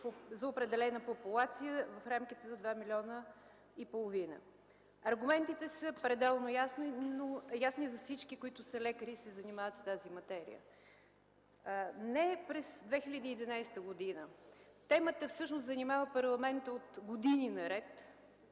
за определена популация в рамките на два милиона и половина. Аргументите са пределно ясни за всички, които са лекари и се занимават с тази материя. Не през 2011 г., темата всъщност занимава парламента от години наред